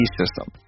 system